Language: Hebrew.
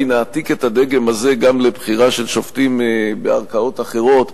נעתיק את הדגם הזה גם לבחירה של שופטים בערכאות אחרות.